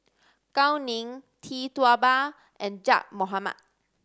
Gao Ning Tee Tua Ba and Zaqy Mohamad